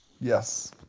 Yes